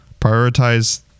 Prioritize